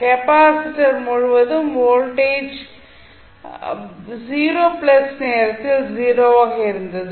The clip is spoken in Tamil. கெப்பாசிட்டர் முழுவதும் வோல்டேஜ் 0 நேரத்தில் 0 ஆக இருந்தது